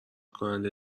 کننده